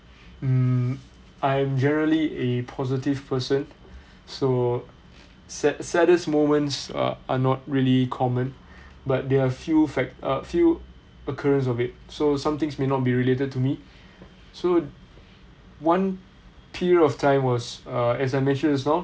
mm I'm generally a positive person so sad saddest moments uh are not really common but there are few fact a few occurrence of it so somethings may not be related to me so one period of time was uh as I mentioned just now